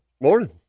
Morning